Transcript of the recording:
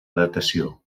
datació